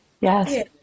yes